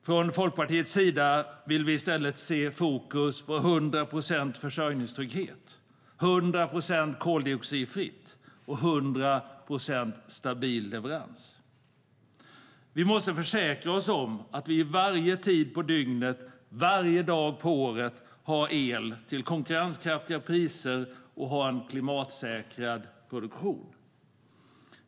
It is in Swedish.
Från Folkpartiets sida vill vi i stället se fokus på 100 procent försörjningstrygghet, 100 procent koldioxidfritt och 100 procent stabil leverans. Vi måste försäkra oss om att vi vid varje tid på dygnet varje dag på året har el till konkurrenskraftiga priser och har en klimatsäkrad produktion.